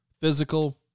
physical